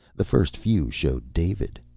the first few showed david.